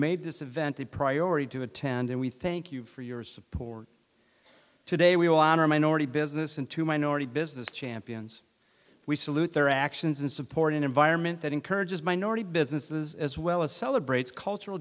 made this event a priority to attend and we thank you for your support today we are a minority business and to minority business champions we salute their actions and support an environment that encourages minority businesses as well as celebrates cultural